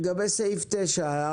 לגבי סעיף 9?